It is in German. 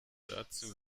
dazu